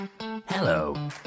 Hello